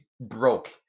broke